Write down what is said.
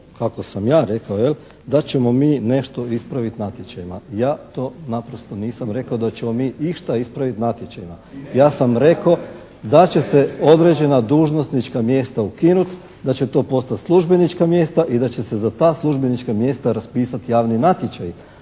da ćemo mi nešto ispraviti natječajima. Ja to naprosto nisam rekao da ćemo mi išta ispraviti natječajima. Ja sam rekao da će se određena dužnosnička mjesta ukinuti, da će to postati službenička mjesta i da će se za ta službenička mjesta raspisati javni natječaji.